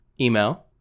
email